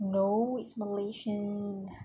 no it's malaysian